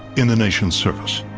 in the nation's service.